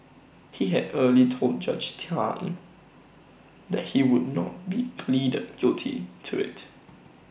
he had earlier told Judge Tan that he would not be pleading guilty to IT